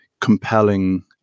compelling